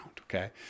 okay